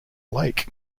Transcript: lake